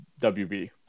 WB